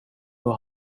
vad